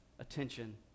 attention